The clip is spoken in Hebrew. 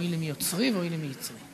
אוי לי מיוצרי ואוי לי מיצרי.